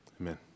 amen